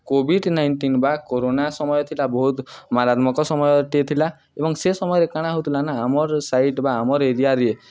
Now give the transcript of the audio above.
Covid nineteen ବା corona ସମୟ ଥିଲା ବହୁତ ମାରାତ୍ମକ ସମୟଟିଏ ଥିଲା ଏବଂ ସେ ସମୟରେ କାଣା ହଉଥିଲା ନା ଆମର୍ ସାଇଡ଼୍ ବା ଆମର୍ ଏରିଆରେ